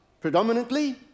predominantly